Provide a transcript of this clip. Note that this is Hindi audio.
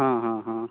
हाँ हाँ हाँ